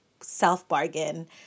self-bargain